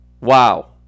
Wow